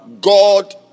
God